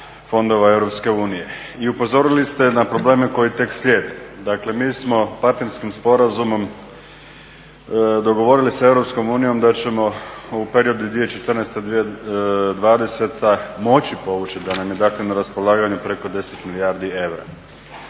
fondova EU i upozorili ste na probleme koji tek slijede. Dakle, mi smo partnerskim sporazumom dogovorili sa EU da ćemo u periodu 2014.-2020. moći povući, da nam je dakle na raspolaganju preko 10 milijardi eura.